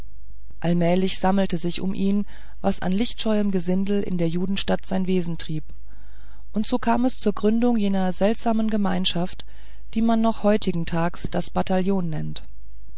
allmählich sammelte sich um ihn was an lichtscheuem gesindel in der judenstadt sein wesen trieb und so kam es zur gründung jener seltsamen gemeinschaft die man noch heutigentags das bataillon nennt